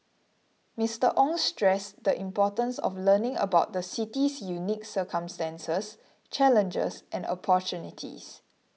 Mr Ong stressed the importance of learning about the city's unique circumstances challenges and opportunities